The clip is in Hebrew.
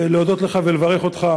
להודות לך ולברך אותך